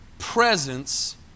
Presence